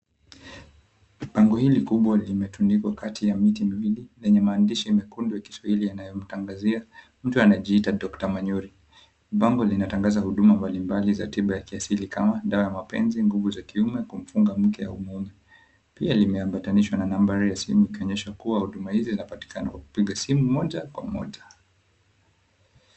Bango hili kubwa limetundikwa kati ya miti miwili yenye maandishi mekundu ya Kiswahili yanayomtangazia mtu anayejiita 'Doctor Manyuri'. Bango linatangaza huduma mbalimbali za tiba ya kiasili kama; dawa ya mapenzi nguvu za kiume, kumfunga mke au mume. Pia limeambatanishwa na nambari ya simu ikionyesha kuwa huduma hizi zinapatikana kwa kupiga simu moja kwa moja.